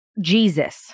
Jesus